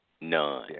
None